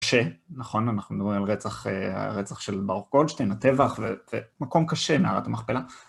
קשה, נכון, אנחנו מדברים על הרצח של ברוך גולדשטין, הטבח, ומקום קשה, מערת המכפלה.